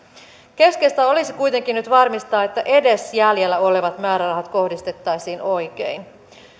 keskeistä olisi kuitenkin nyt varmistaa että edes jäljellä olevat määrärahat kohdistettaisiin oikein